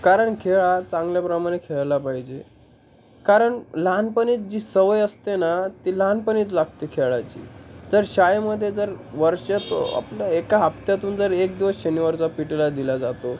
कारण खेळ हा चांगल्याप्रमाणे खेळला पाहिजे कारण लहानपणीच जी सवय असते ना ती लहानपणीच लागते खेळाची तर शाळेमध्ये जर वर्ष तो आपल्या एका हप्त्यातून जर एक दिवस शनिवारचा पी टीला दिला जातो